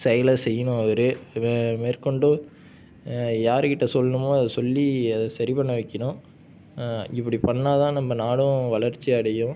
செயலை செய்யணும் அவர் மேற்கொண்டு யாருகிட்ட சொல்லணுமோ அதை சொல்லி அதை சரி பண்ண வைக்கணும் இப்படி பண்ணால் தான் நம்ம நாடும் வளர்ச்சி அடையும்